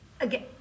again